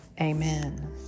Amen